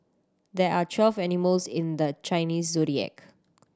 there are twelve animals in the Chinese Zodiac